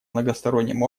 многосторонним